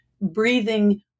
breathing